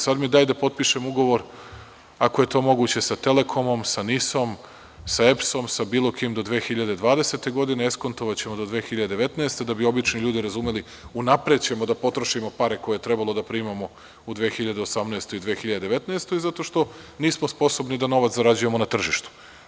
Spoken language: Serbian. Sad mi daj da potpišem ugovor ako je to moguće, sa Telekomom, sa NIS-om, sa EPS-om, sa bilo kim do 2020. godine, eskontovaćemo do 2019, da bi obični ljudi razumeli, unapred ćemo da potrošimo pare koje je trebalo da primamo u 2018. i 2019. godini, zato što nismo sposobni da novac zarađujemo na tržištu.